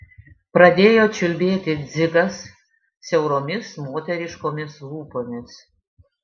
pradėjo čiulbėti dzigas siauromis moteriškomis lūpomis